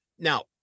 Now